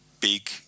big